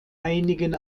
einigen